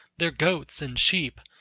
their goats and sheep,